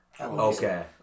Okay